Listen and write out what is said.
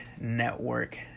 network